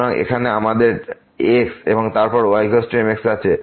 সুতরাং এখানে আমাদের x এবং তারপর y mx আছে